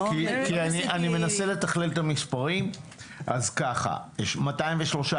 אני לא אומרת שעשיתי --- אני מנסה לתכלל את המספרים.